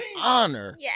honor